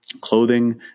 clothing